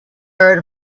heard